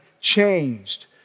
changed